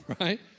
Right